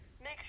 make